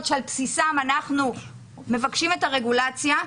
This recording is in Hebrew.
שעל בסיסם אנחנו מבקשים את הרגולציה,